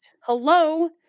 hello